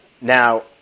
now